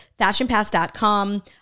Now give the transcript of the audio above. fashionpass.com